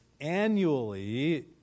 annually